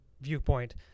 viewpoint